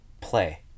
play